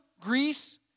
Greece